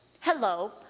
hello